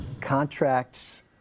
Contracts